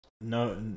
No